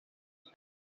this